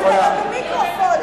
פתחת לו את המיקרופון,